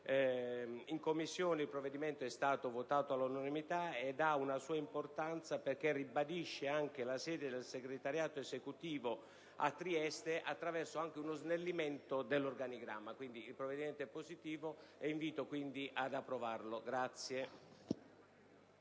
In Commissione il provvedimento è stato approvato all'unanimità. Esso, ripeto, ha una sua importanza perché ribadisce anche la sede del Segretariato esecutivo a Trieste, attraverso anche uno snellimento dell'organigramma. Quindi, il provvedimento è positivo ed invito ad approvarlo.